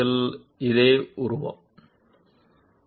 So forward steps and side steps we have already discussed this